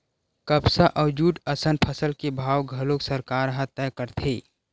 कपसा अउ जूट असन फसल के भाव घलोक सरकार ह तय करथे